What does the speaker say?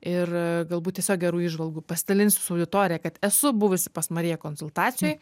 ir galbūt tiesiog gerų įžvalgų pasidalinsiu su auditorija kad esu buvusi pas mariją konsultacijoj